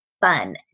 fun